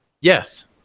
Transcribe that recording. Yes